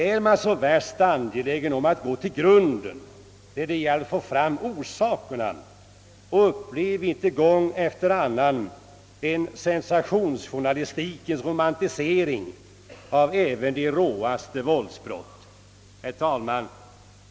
Är man så värst angelägen om att gå till grunden när det gäller att få fram orsakerna, och upplever vi inte gång efter annan en sensationsjournalistikens romantisering av även de råaste våldsbrott?